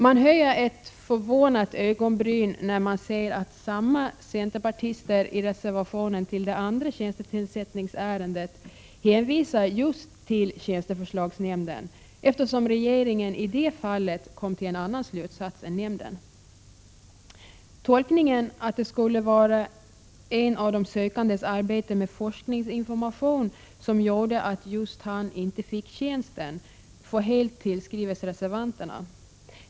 Man höjer ett förvånat ögonbryn, när man ser att samma centerpartister i reservationen till det andra tjänstetillsättningsärendet hänvisar just till tjänsteförslagsnämnden, eftersom regeringen — i det fallet — kom till en annan slutsats än nämnden. Tolkningen att det skulle vara en av de sökandes arbete med forskningsinformation som gjorde att han inte fick tjänsten får helt tillskrivas reservanterna.